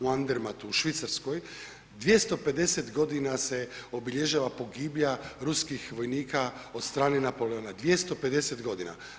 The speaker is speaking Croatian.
U Andermattu u Švicarskoj 250 godina se obilježava pogibija Ruskih vojnika od strane Napoleona, 250 godina.